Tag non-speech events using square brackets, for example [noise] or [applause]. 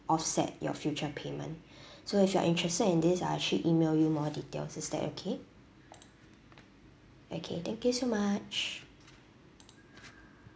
offset your future payment [breath] so if you are interested in this I'll actually email you more details is that okay okay thank you so much